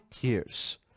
years